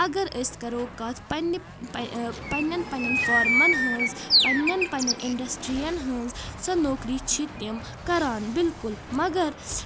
اگر أسۍ کرو کتھ پننہِ پننٮ۪ن پننٮ۪ن فارمن ہٕنٛز پننٮ۪ن پننٮ۪ن انڈسٹری ین ہٕنٛز سۄ نوکٔری چھِ تِم کران بالکُل مگر